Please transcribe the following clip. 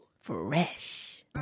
Fresh